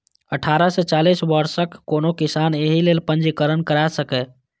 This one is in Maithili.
अठारह सं चालीस वर्षक कोनो किसान एहि लेल पंजीकरण करा सकैए